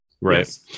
right